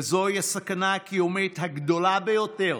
וזוהי הסכנה הקיומית הגדולה ביותר